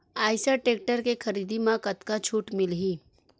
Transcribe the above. Eicher tractor के खरीदी म कतका छूट मिलही?